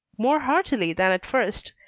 more heartily than at first,